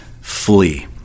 flee